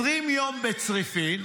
20 יום בצריפין,